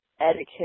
etiquette